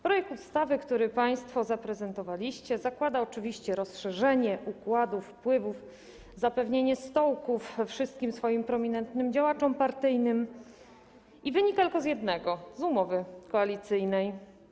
Projekt ustawy, który państwo zaprezentowaliście, zakłada oczywiście rozszerzenie układu wpływów, zapewnienie stołków wszystkim swoim prominentnym działaczom partyjnym i wynika tylko z jednego - z umowy koalicyjnej.